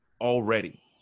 already